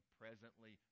presently